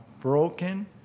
broken